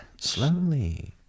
Slowly